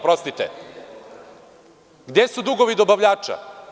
Gde su dugovi dobavljača?